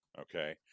okay